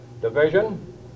division